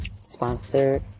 sponsored